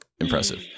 impressive